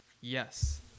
Yes